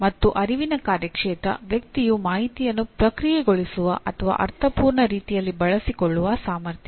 ಮತ್ತು ಅರಿವಿನ ಕಾರ್ಯಕ್ಷೇತ್ರ ವ್ಯಕ್ತಿಯು ಮಾಹಿತಿಯನ್ನು ಪ್ರಕ್ರಿಯೆಗೊಳಿಸುವ ಮತ್ತು ಅರ್ಥಪೂರ್ಣ ರೀತಿಯಲ್ಲಿ ಬಳಸಿಕೊಳ್ಳುವ ಸಾಮರ್ಥ್ಯ